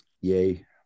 Yay